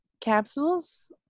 capsules